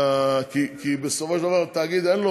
כי בסופו של דבר לתאגיד אין,